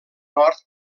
nord